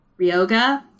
Ryoga